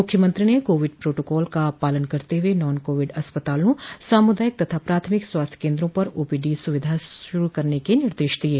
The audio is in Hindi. मुख्यमंत्री ने कोविड प्रोटोकाल का पालन करते हुए नॉन कोविड अस्पतालों सामुदायिक तथा प्राथमिक स्वास्थ्य केन्द्रों पर ओपीडी सुविधा शुरू कराने के निर्देश दिये